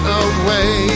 away